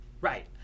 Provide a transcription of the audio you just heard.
right